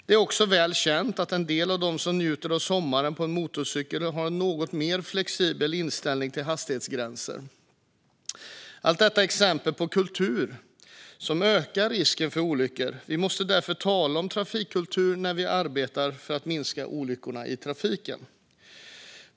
Det är också väl känt att en del av dem som njuter av sommaren på en motorcykel har en något flexibel inställning till hastighetsgränser. Allt detta är exempel på kultur som ökar risken för olyckor. Vi måste därför tala om trafikkultur när vi arbetar för att minska olyckorna i trafiken.